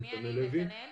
אני נתנאל לוי,